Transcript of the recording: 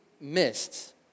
missed